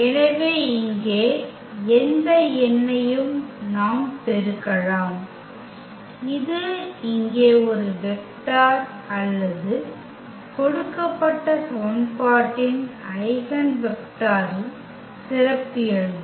எனவே இங்கே எந்த எண்ணையும் நாம் பெருக்கலாம் இது இங்கே ஒரு வெக்டர் அல்லது கொடுக்கப்பட்ட சமன்பாட்டின் ஐகென் வெக்டரின் சிறப்பியல்பு